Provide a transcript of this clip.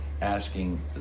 asking